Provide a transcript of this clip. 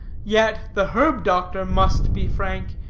yet the herb doctor must be frank,